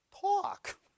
talk